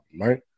right